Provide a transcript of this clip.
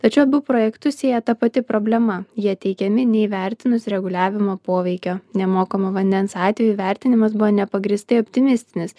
tačiau abu projektus sieja ta pati problema jie teikiami neįvertinus reguliavimo poveikio nemokamo vandens atveju vertinimas buvo nepagrįstai optimistinis